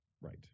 right